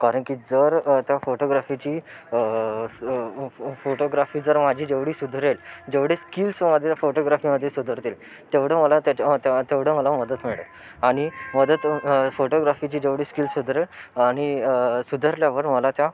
कारण की जर त्या फोटोग्राफीची फोटोग्राफी जर माझी जेवढी सुधारेल जेवढे स्किल्स माझ्या फोटोग्राफीमध्ये सुधारतील तेवढं मला त्याच्यामध्ये त्या तेवढं मला मदत मिळेल आणि मदत फोटोग्राफीची जेवढी स्किल सुधारेल आणि सुधारल्यावर मला त्या